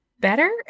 better